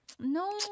No